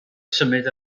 symud